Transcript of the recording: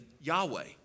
Yahweh